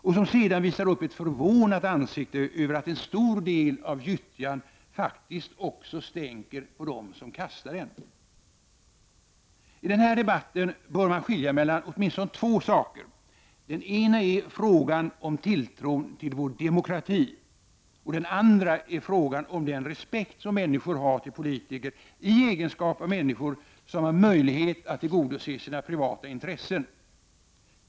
Och som sedan visar upp ett förvånat ansikte över att en stor del av gyttjan faktiskt också stänker på den som kastar.” I den här debatten bör man skilja mellan åtminstone två saker. Den ena är frågan om tilltron till vår demokrati. Den andra är frågan om den respekt som människor har till politiker i egenskap av människor med möjlighet att tillgodose sina privata intressen.